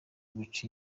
guca